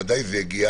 בוודאי כשזה יגיע